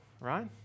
right